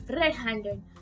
red-handed